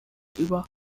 über